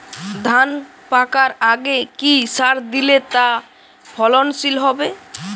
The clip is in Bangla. ধান পাকার আগে কি সার দিলে তা ফলনশীল হবে?